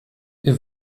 ihr